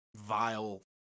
vile